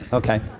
ok.